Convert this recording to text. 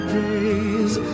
day's